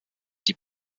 die